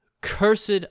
cursed